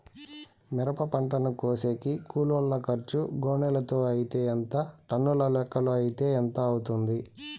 మిరప పంటను కోసేకి కూలోల్ల ఖర్చు గోనెలతో అయితే ఎంత టన్నుల లెక్కలో అయితే ఎంత అవుతుంది?